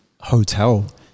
hotel